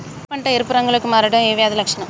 వరి పంట ఎరుపు రంగు లో కి మారడం ఏ వ్యాధి లక్షణం?